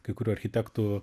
kai kurių architektų